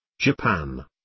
Japan